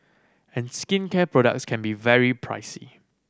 and skincare products can be very pricey